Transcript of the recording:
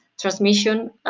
transmission